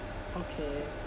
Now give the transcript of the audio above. okay